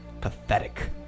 Pathetic